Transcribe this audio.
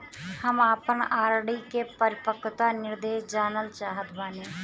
हम आपन आर.डी के परिपक्वता निर्देश जानल चाहत बानी